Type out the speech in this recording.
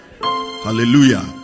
hallelujah